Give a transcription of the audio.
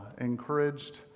encouraged